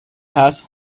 has